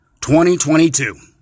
2022